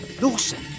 Lawson